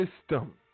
system